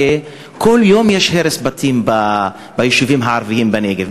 כל יום יש הרס בתים ביישובים הערביים בנגב,